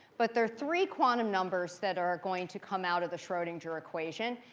but there are three quantum numbers that are going to come out of the schrodinger equation.